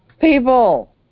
people